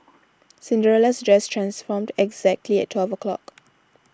Cinderella's dress transformed exactly at twelve o'clock